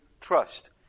trust